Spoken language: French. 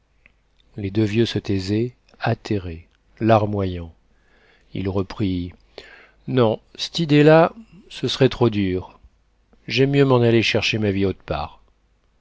les deux vieux se taisaient atterrés larmoyants il reprit non c't idée-là ce serait trop dur j'aime mieux m'en aller chercher ma vie aut part